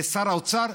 ושל שר האוצר,